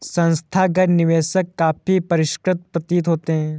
संस्थागत निवेशक काफी परिष्कृत प्रतीत होते हैं